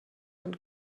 and